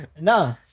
No